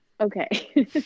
okay